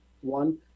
One